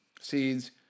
seeds